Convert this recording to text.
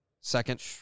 Second